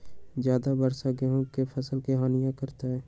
ज्यादा वर्षा गेंहू के फसल के हानियों करतै?